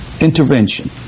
intervention